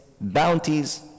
bounties